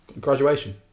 Graduation